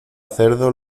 cerdo